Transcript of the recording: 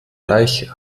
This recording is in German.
reicher